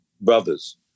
brothers